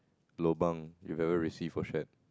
lobang you have ever received or shared